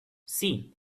see